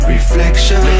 Reflection